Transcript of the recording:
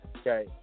okay